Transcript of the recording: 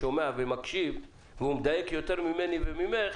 שומע ומקשיב ומדייק יותר ממני וממך,